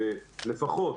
לפחות,